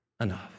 enough